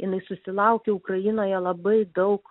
jinai susilaukė ukrainoje labai daug